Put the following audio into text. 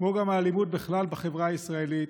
כמו גם האלימות בכלל בחברה הישראלית,